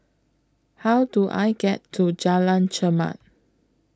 How Do I get to Jalan Chermat